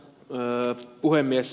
arvoisa puhemies